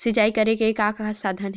सिंचाई करे के का साधन हे?